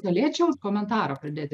galėčiau komentarą pradėti